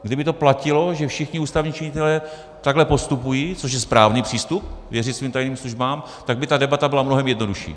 Kdyby platilo, že všichni ústavní činitelé takhle postupují, což je správný přístup, věřit svým tajným službám, tak by ta debata byla mnohem jednodušší.